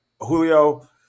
Julio –